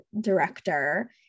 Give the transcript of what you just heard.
director